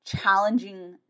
challenging